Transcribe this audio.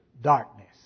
darkness